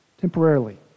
temporarily